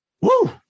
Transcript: Woo